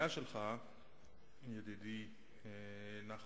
אני מסופק אם יש בידי איזו רשות כאן,